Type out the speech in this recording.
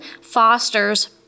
fosters